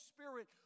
Spirit